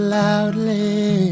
loudly